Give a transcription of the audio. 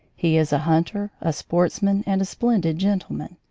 he is a hunter, a sports man, and a splendid gentleman.